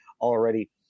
already